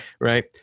Right